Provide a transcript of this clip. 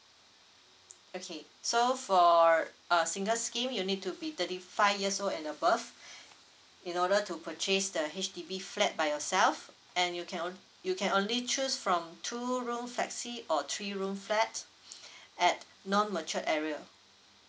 okay so for uh single scheme you need to be thirty five years old and above in order to purchase the H_D_B flat by yourself and you can onl~ you can only choose from two room flexi or three room flat at non mature area